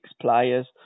players